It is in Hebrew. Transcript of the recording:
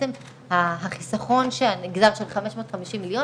החיסכון של 550 מיליון